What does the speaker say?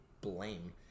blame